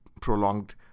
prolonged